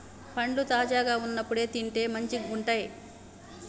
పండ్లు తాజాగా వున్నప్పుడే తింటే మంచిగుంటయ్